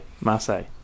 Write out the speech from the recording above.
Marseille